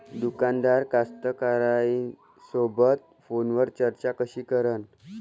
दुकानदार कास्तकाराइसोबत फोनवर चर्चा कशी करन?